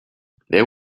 there